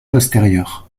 postérieures